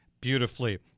beautifully